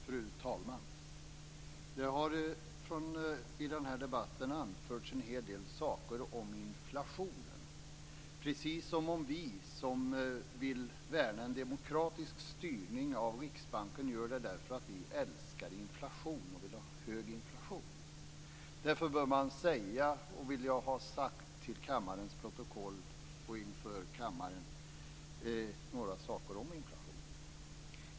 Fru talman! I den här debatten har det anförts en hel del om inflationen, precis som om vi som vill värna en demokratisk styrning av Riksbanken gör det därför att vi älskar inflation och vill ha hög inflation. Därför vill jag säga några saker om inflationen till kammarens protokoll och inför kammaren.